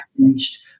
changed